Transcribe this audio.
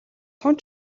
тун